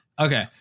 okay